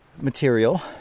material